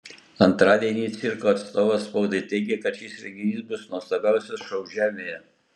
antradienį cirko atstovas spaudai teigė kad šis renginys bus nuostabiausias šou žemėje